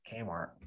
Kmart